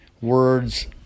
words